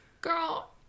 girl